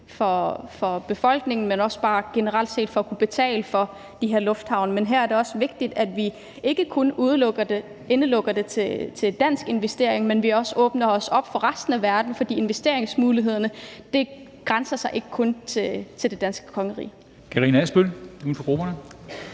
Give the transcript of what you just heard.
for befolkningen, men også bare generelt set for at kunne betale for de her lufthavne. Men her er det også vigtigt, at vi ikke udelukkende begrænser det til en dansk investering, men at vi også åbner os op for resten af verden, fordi investeringsmulighederne ikke kun begrænser sig til det danske kongerige. Kl. 20:40 Formanden